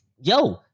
yo